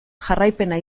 jarraipena